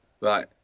Right